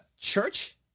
church